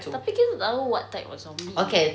tapi kita tak tahu what type of zombie